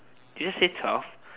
did you see twelve